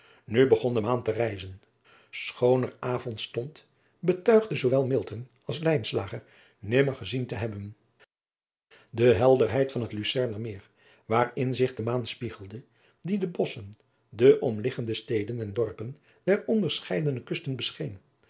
nu begon de maan te rijzen schooner avondstond betuigde zoowel milton als lijnslager nimmer gezien te hebben de helderheid van het lucerner meer waarin zich de maan spiegelde die de bosschen de omliggende steden en dorpen der onderscheidene kusten bescheen